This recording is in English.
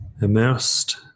immersed